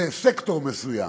לסקטור מסוים,